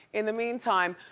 in the meantime,